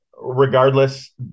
Regardless